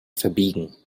verbiegen